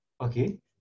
okay